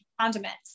condiments